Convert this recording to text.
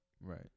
Right